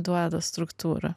duoda struktūrą